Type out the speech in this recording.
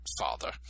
father